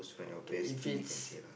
okay if it is